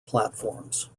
platforms